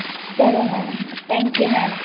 సరే madam thank you madam